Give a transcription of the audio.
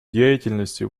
деятельности